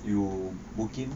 you booking